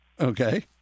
Okay